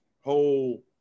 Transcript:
whole